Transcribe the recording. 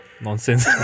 nonsense